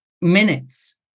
minutes